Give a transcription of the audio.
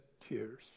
tears